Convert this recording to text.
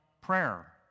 prayer